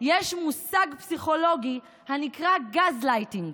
יש מושג פסיכולוגי הנקרא "גזלייטינג"